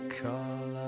call